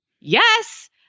yes